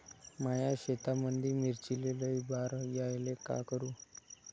माया शेतामंदी मिर्चीले लई बार यायले का करू?